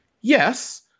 yes